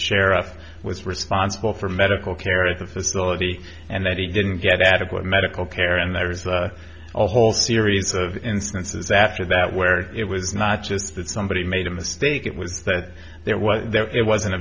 sheriff was responsible for medical care at the facility and that he didn't get adequate medical care and there's a whole series of instances after that where it was not just that somebody made a mistake it was that there was that it wasn't